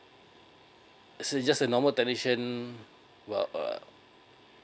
as a just a normal technician well